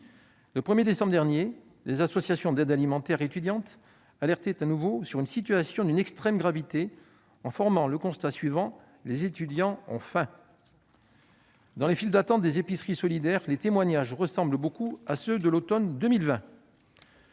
Le 1 décembre dernier, les associations d'aide alimentaire étudiantes tiraient de nouveau la sonnette d'alarme sur l'extrême gravité de la situation en formulant le constat suivant :« Les étudiants ont faim. » Dans les files d'attente des épiceries solidaires, les témoignages ressemblent beaucoup à ceux de l'automne 2020.